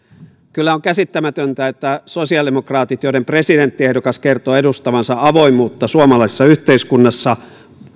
kyllä on käsittämätöntä että sosiaalidemokraatit joiden presidenttiehdokas kertoo edustavansa avoimuutta suomalaisessa yhteiskunnassa